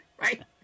Right